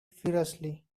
furiously